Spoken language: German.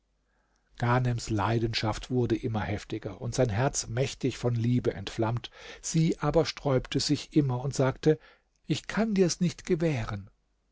ghanems leidenschaft wurde immer heftiger und sein herz mächtig von liebe entflammt sie aber sträubte sich immer und sagte ich kann dir's nicht gewähren